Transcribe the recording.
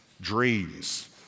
dreams